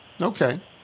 Okay